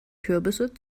kürbisse